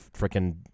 freaking